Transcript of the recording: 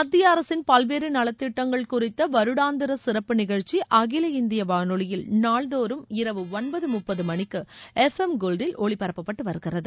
மத்திய அரசின் பல்வேறு நலத் திட்டங்கள் குறித்த வருடாந்திர சிறப்பு நிகழ்ச்சி அகில இந்திய வானொலியில் நாள்தோறும் இரவு ஒன்பது முப்பது மணிக்கு எஃப் எம் கோவ்டில் ஒலிபரப்பப்பட்டு வருகிறது